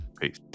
peace